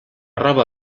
roba